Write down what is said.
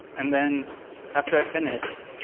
and then after i finished,